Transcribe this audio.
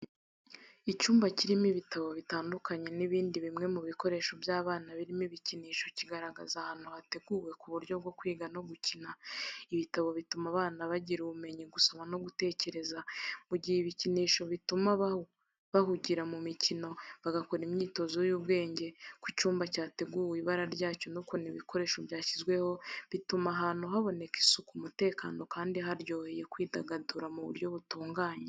Icyumba kirimo ibitabo bitandukanye n’ibindi bimwe mu bikoresho by’abana birimo ibikinisho, kigaragaza ahantu hateguwe ku buryo bwo kwiga no gukina. Ibitabo bituma abana bigira ubumenyi, gusoma no gutekereza, mu gihe ibikinisho bituma bahugira mu mikino, bagakora imyitozo y’ubwenge. Uko icyumba cyateguwe, ibara ryacyo n’ukuntu ibikoresho byashyizweho, bituma ahantu haboneka isuku, umutekano kandi haryoheye kwidagadura mu buryo butunganye.